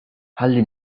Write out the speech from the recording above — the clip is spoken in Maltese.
ħalli